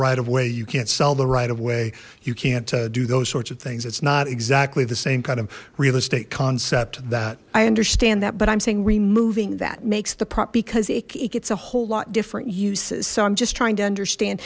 of way you can't sell the right of way you can't do those sorts of things it's not exactly the same kind of real estate concept that i understand that but i'm saying removing that makes the prop because it gets a whole lot different uses so i'm just trying to understand